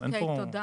אוקיי, תודה.